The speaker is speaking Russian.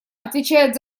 отвечает